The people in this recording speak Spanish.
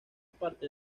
parte